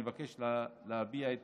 נבקש להביע את